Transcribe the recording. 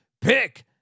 Pick